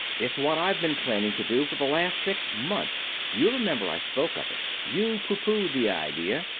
it's what i've been planning to do for the last six months. you remember i spoke of it. you pooh-poohed the idea.